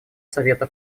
совета